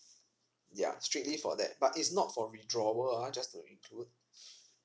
ya strictly for that but is not for withdrawal ah just to